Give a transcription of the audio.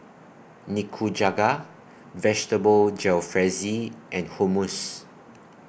Nikujaga Vegetable Jalfrezi and Hummus